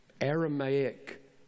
Aramaic